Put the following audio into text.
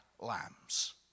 lambs